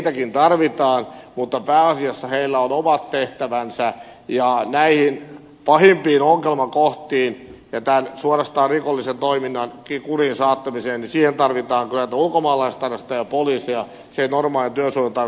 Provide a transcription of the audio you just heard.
heitäkin tarvitaan mutta pääasiassa heillä on omat tehtävänsä ja näihin pahimpiin ongelmakohtiin ja tämän suorastaan rikollisen toiminnan kuriin saattamiseen tarvitaan kyllä näitä ulkomaalaistarkastajia ja poliiseja